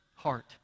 heart